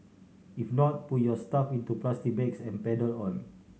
if not put your stuff into plastic bags and pedal on